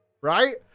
Right